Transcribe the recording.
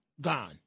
gone